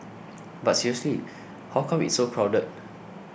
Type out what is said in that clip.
but seriously how come it's so crowded